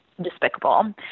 despicable